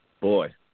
boy